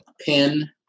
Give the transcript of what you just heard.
Pin